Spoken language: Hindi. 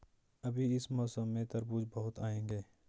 अभी इस मौसम में तरबूज बहुत आएंगे